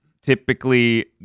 typically